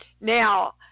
Now